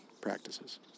practices